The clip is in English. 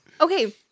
Okay